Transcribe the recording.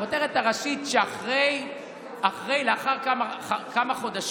הכותרת הראשית היא שלאחר כמה חודשים